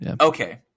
Okay